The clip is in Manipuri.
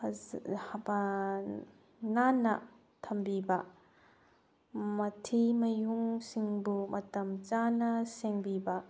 ꯅꯥꯟꯅ ꯊꯝꯕꯤꯕ ꯃꯊꯤ ꯃꯌꯨꯡꯁꯤꯡꯕꯨ ꯃꯇꯝ ꯆꯥꯅ ꯁꯦꯡꯕꯤꯕ